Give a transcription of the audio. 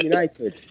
United